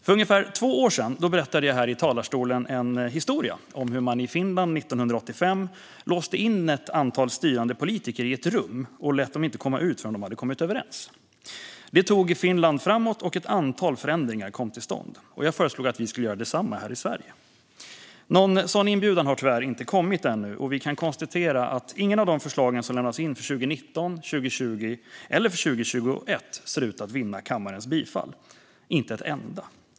För ungefär två år sedan berättade jag här i talarstolen en historia om hur man i Finland år 1985 låste in ett antal styrande politiker i ett rum och inte lät dem komma ut förrän de hade kommit överens. Detta tog Finland framåt, och ett antal förändringar kom till stånd. Jag föreslog att vi skulle göra detsamma här i Sverige. Någon sådan inbjudan har tyvärr inte kommit ännu, och vi kan konstatera att inget av de förslag som lämnats in för 2019, 2020 eller 2021 ser ut att vinna kammarens bifall - inte ett enda.